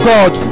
God